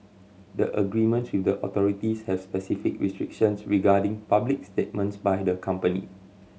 the agreements with the authorities have specific restrictions regarding public statements by the company